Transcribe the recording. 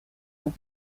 mois